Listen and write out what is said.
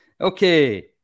Okay